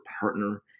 partner